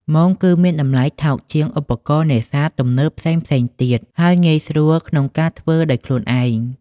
មងគឺមានតម្លៃថោកជាងឧបករណ៍នេសាទទំនើបផ្សេងៗទៀត ហើយងាយស្រួលក្នុងការធ្វើដោយខ្លួនឯង។